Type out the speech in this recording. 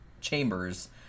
chambers